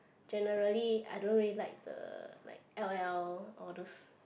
generally I don't really like the like l_o_l all those